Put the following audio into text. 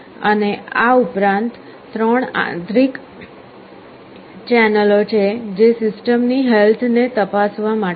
અને આ ઉપરાંત 3 આંતરિક ચેનલો છે જે સિસ્ટમની હેલ્થ ને તપાસવા માટે છે